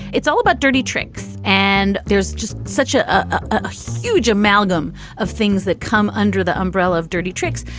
it's all about dirty tricks and there's just such a ah huge amalgam of things that come under the umbrella of dirty tricks.